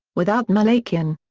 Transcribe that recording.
without malakian.